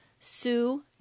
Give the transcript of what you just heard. Sue